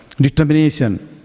determination